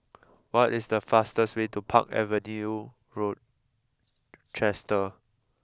what is the fastest way to Park Avenue Rochester